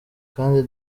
kandi